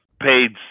paid